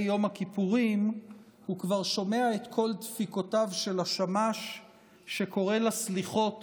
יום הכיפורים הוא כבר שומע את קול דפיקותיו של השמש שקורא לסליחות